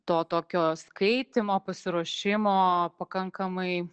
to tokio skaitymo pasiruošimo pakankamai